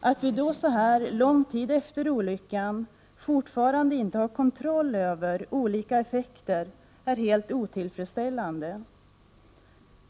Att vi då så här lång tid efter olyckan fortfarande inte har kontroll över olika effekter är helt otillfredsställande.